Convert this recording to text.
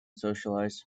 socialize